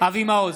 אבי מעוז,